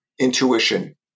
intuition